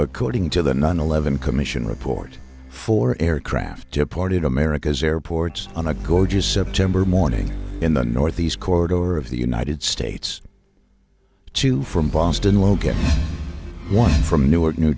according to the nine eleven commission report for aircraft departed america's airports on a gorgeous september morning in the northeast corridor of the united states two from boston logan one from newark new